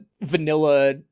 vanilla